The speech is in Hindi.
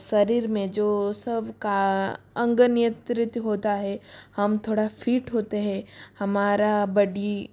शरीर में जो सब का अंग नियंत्रित होता है हम थोड़ा फिट होते है हमारा बड़ी